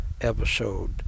Episode